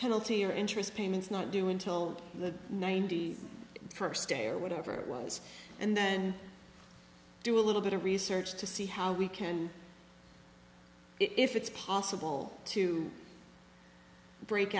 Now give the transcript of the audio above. penalty or interest payments not due until the ninety first day or whatever it was and then do a little bit of research to see how we can if it's possible to break